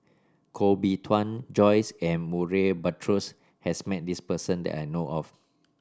Koh Bee Tuan Joyce and Murray Buttrose has met this person that I know of